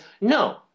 no